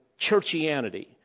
churchianity